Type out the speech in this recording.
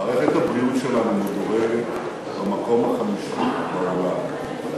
מערכת הבריאות שלנו מדורגת במקום החמישי בעולם,